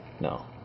No